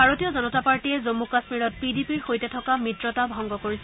ভাৰতীয় জনতা পাৰ্টীয়ে জম্মু কাশ্মীৰত পি ডি পিৰ সৈতে থকা মিত্ৰতা ভংগ কৰিছে